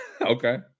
Okay